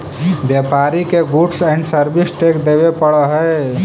व्यापारि के goods and service tax देवे पड़ऽ हई